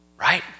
right